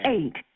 Eight